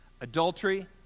adultery